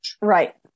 Right